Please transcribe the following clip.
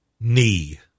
knee